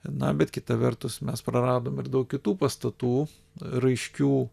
na bet kita vertus mes praradom ir daug kitų pastatų raiškių